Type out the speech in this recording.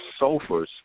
sulfurs